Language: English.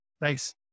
Thanks